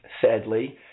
sadly